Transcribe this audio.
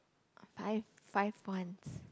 five five points